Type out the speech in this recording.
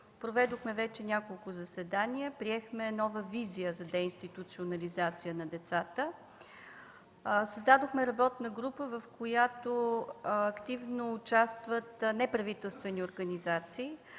Проведохме вече няколко заседания, приехме нова визия за деинституционализация на децата, създадохме работна група, в която активно участват неправителствени организации,